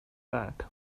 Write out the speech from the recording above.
back